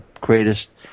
greatest